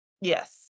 Yes